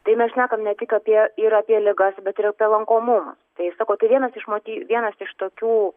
tai mes šnekam ne tik apie ir apie ligas bet ir apie lankomumą tai sakau tai vienas iš moty vienas iš tokių